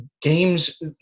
games